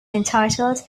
entitled